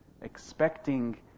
expecting